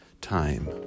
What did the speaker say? time